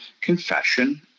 confession